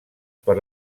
per